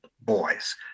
boys